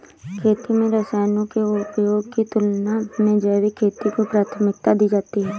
खेती में रसायनों के उपयोग की तुलना में जैविक खेती को प्राथमिकता दी जाती है